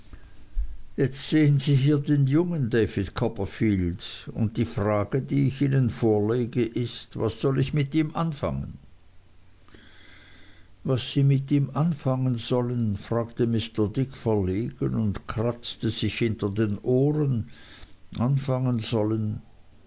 jetzt sehen sie hier den jungen david copperfield und die frage die ich ihnen vorlege ist was soll ich mit ihm anfangen was sie mit ihm anfangen sollen fragte mr dick verlegen und kratzte sich hinter den ohren anfangen sollen